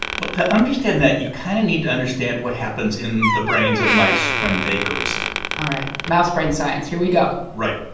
well, to understand that, you kind of need to understand what happens in the brains of mice when they go to sleep all right. mouse brain science, here we go right.